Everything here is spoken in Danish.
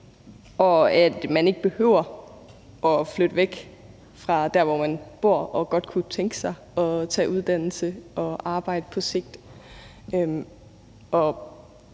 og at man ikke behøver at flytte væk fra der, hvor man bor og godt kunne tænke sig at tage en uddannelse og arbejde på sigt.